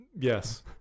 Yes